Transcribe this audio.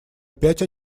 опять